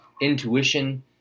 intuition